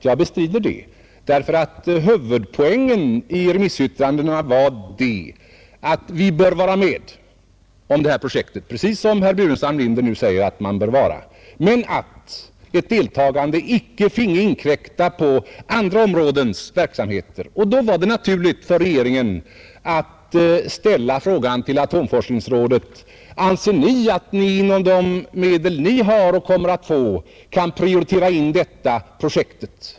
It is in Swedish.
Jag bestrider det ty huvudpoängen i remissyttrandena var, att vi bör vara med om detta projekt — precis som herr Burenstam Linder nu säger — men att ett deltagande inte finge inkräkta på verksamheten på andra områden. Då var det naturligt för regeringen att ställa frågan till atomforskningsrådet: Anser ni att ni med de medel rådet har och kommer att få kan prioritera in detta projekt?